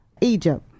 Egypt